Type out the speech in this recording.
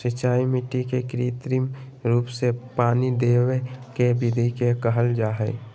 सिंचाई मिट्टी के कृत्रिम रूप से पानी देवय के विधि के कहल जा हई